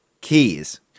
keys